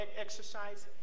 Exercise